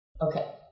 Okay